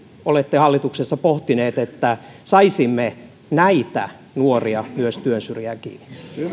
olette hallituksessa pohtineet että saisimme myös näitä nuoria työnsyrjään kiinni